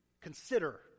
Consider